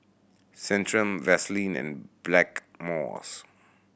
Centrum Vaselin and Blackmores